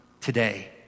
today